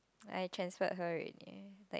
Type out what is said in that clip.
I transferred her already like